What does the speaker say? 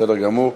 בסדר גמור.